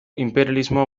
inperialismoa